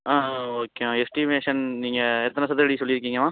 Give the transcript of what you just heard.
ஆ ஆ ஓகே நான் எஸ்டிமேஷன் நீங்கள் எத்தனை சதுரடி சொல்லியிருக்கீங்கம்மா